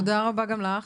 תודה רבה גם לך.